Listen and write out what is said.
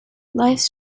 lifes